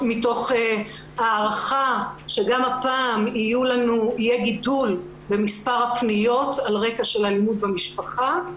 מתוך הערכה שגם הפעם יהיה גידול במספר הפניות על רקע של אלימות במשפחה.